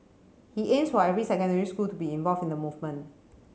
he aims for every secondary school to be involved in the movement